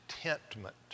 contentment